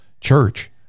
church